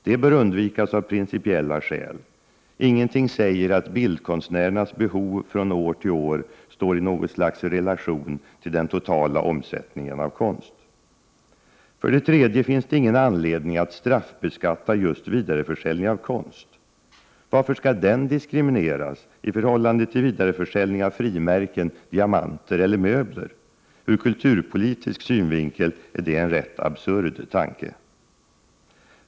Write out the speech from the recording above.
Det bör undvikas av principiella skäl: ingenting säger att bildkonstnärer nas behov från år till år står i något slags relation till den totala omsättningen av konst. För det tredje finns det inte någon anledning att straffbeskatta just vidareförsäljning av konst. Varför skall den diskrimineras i förhållande till vidareförsäljning av frimärken, diamanter eller möbler? Ur kulturpolitisk synvinkel är det en rätt absurd tanke.